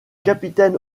capitaine